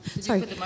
sorry